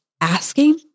asking